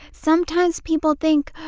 sometimes people think,